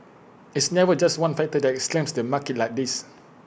it's never just one factor that slams the market like this